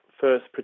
first